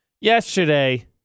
yesterday